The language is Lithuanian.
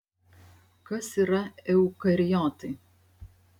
kas yra eukariotai